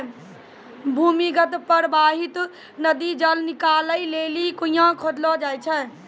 भूमीगत परबाहित नदी जल निकालै लेलि कुण्यां खोदलो जाय छै